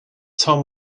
tom